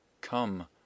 come